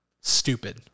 stupid